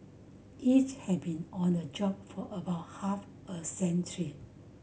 each has been on the job for about half a century